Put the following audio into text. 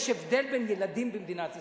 יש הבדל בין ילדים במדינת ישראל?